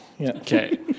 Okay